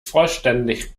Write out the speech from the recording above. vollständig